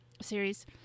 series